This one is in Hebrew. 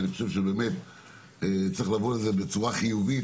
אני חושב שצריך לבוא לזה בצורה חיובית